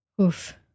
oof